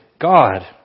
God